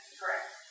correct